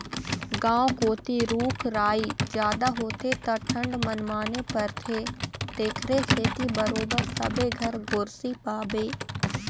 गाँव कोती रूख राई जादा होथे त ठंड मनमाने परथे तेखरे सेती बरोबर सबे घर गोरसी पाबे